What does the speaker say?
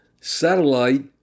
satellite